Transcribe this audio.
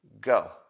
Go